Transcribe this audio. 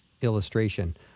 illustration